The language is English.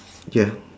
ya